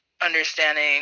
understanding